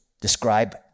describe